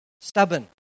stubborn